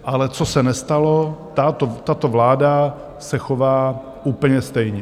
Ale co se nestalo, tato vláda se chová úplně stejně.